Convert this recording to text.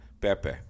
Pepe